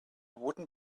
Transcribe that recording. wooden